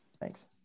Thanks